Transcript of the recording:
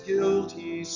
Guilty